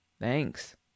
thanks